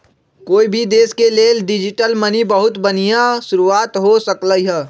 कोई भी देश के लेल डिजिटल मनी बहुत बनिहा शुरुआत हो सकलई ह